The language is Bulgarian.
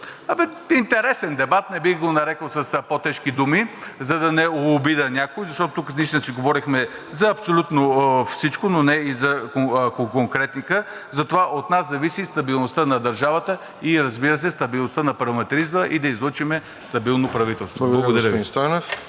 един интересен дебат. Не бих го нарекъл с по-тежки думи, за да не обидя някого, защото тук наистина си говорихме за абсолютно всичко, но не и за конкретика. От нас зависи стабилността на държавата, разбира се, стабилността на парламентаризма и да излъчим стабилно правителство. Благодаря Ви.